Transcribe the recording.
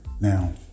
Now